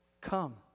come